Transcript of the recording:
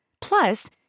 Plus